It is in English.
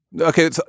Okay